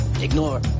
ignore